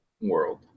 world